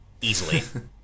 easily